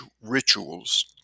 rituals